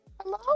Hello